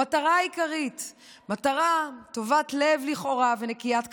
המטרה העיקרית היא מטרה טובת לב לכאורה ונקיית כפיים.